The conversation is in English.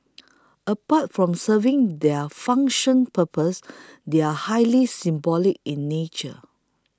apart from serving their functional purpose they are highly symbolic in nature